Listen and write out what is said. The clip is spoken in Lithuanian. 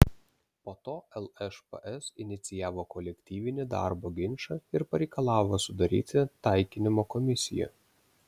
po to lšps inicijavo kolektyvinį darbo ginčą ir pareikalavo sudaryti taikinimo komisiją